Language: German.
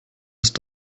ist